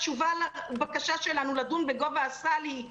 התשובה לבקשה שלנו לדון בגובה הסל היא: